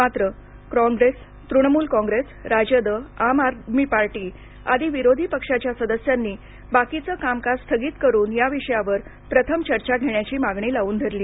मात्र कॉप्रेस तृणमूल कॉप्रेस राजद आम आदमी पार्टी आदी विरोधी पक्षाच्या सदस्यांनी बाकीचं कामकाज स्थगित करून या विषयावर प्रथम चर्चा घेण्याची मागणी लावून धरली